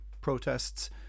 protests